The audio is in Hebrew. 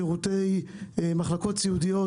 שירותי מחלקות סיעודיות,